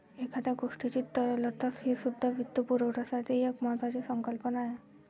एखाद्या गोष्टीची तरलता हीसुद्धा वित्तपुरवठ्याची एक महत्त्वाची संकल्पना आहे